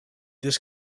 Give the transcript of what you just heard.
this